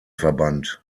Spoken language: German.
verbannt